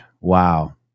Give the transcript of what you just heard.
wow